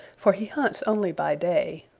for he hunts only by day.